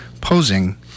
posing